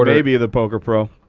maybe the poker pro.